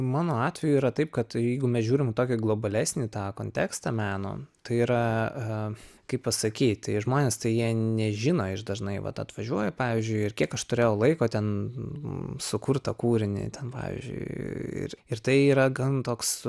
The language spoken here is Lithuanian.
mano atveju yra taip kad jeigu mes žiūrim į tokį globalesnį tą kontekstą meno tai yra kaip pasakyt tai žmonės tai jie nežino jie dažnai vat atvažiuoja pavyzdžiui kiek aš turėjau laiko ten sukurt tą kūrinį ten pavyzdžiui ir ir tai yra gan toks